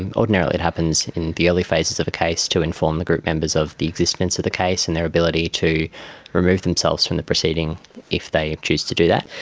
and ordinarily it happens in the early phases of a case to inform the group members of the existence of the case and their ability to remove themselves from the proceeding if they choose to do that.